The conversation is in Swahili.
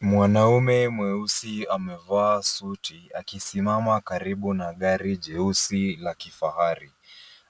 Mwanaume mweusi amevaa suti akisimama karibu na gari jeusi la kifahari.